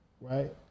right